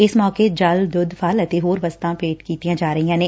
ਇਸ ਮੌਕੇ ਜਲ ਦੁੱਧ ਫ਼ਲ ਅਤੇ ਹੋਰ ਵਸਤਾਂ ਭੇਟ ਕੀਤੀਆਂ ਜਾ ਰਹੀਆਂ ਨੇ